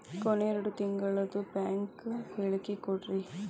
ಕೊನೆ ಎರಡು ತಿಂಗಳದು ಬ್ಯಾಂಕ್ ಹೇಳಕಿ ಕೊಡ್ರಿ